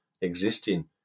existing